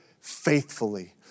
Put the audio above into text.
faithfully